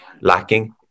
lacking